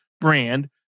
brand